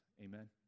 Amen